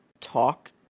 talk